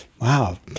wow